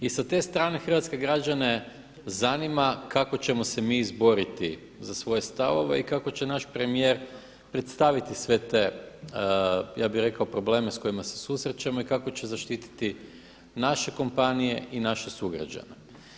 I sa te strane hrvatske građane zanima kako ćemo se mi izboriti za svoje stavove i kako će naš premijer predstaviti sve te probleme s kojima se susrećemo i kako će zaštititi naše kompanije i naše sugrađane.